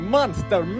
Monster